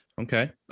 Okay